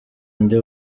ndi